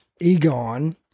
Egon